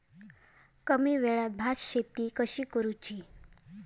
कमी वेळात भात शेती कशी करुची?